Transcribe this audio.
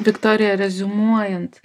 viktorija reziumuojant